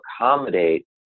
accommodate